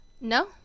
No